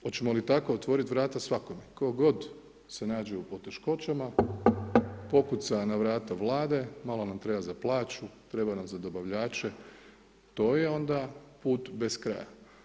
Hoćemo li tako otvoriti vrata svakome tko god se nađe u poteškoćama, pokuca na vrata Vlade, malo nam treba za plaću, treba nam za dobavljače, to je onda put bez kraja?